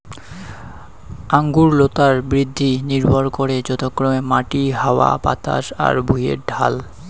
আঙুর লতার বৃদ্ধি নির্ভর করে যথাক্রমে মাটি, হাওয়া বাতাস আর ভুঁইয়ের ঢাল